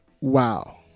Wow